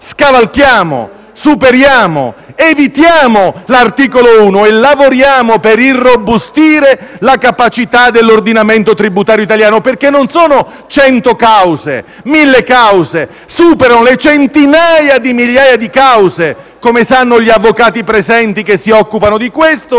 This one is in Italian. scavalchiamo, superiamo, evitiamo l'articolo 6 e lavoriamo per irrobustire la capacità dell'ordinamento tributario italiano, perché non si tratta di cento o di mille cause, ma si superano le centinaia di migliaia di cause, come stanno gli avvocati e i commercialisti presenti che si occupano di questo.